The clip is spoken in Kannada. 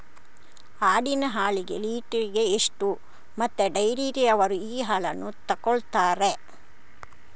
ಆಡಿನ ಹಾಲಿಗೆ ಲೀಟ್ರಿಗೆ ಎಷ್ಟು ಮತ್ತೆ ಡೈರಿಯವ್ರರು ಈ ಹಾಲನ್ನ ತೆಕೊಳ್ತಾರೆ?